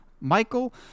Michael